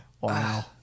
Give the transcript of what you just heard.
Wow